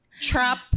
trap